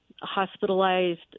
hospitalized